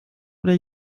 oder